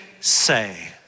say